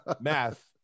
math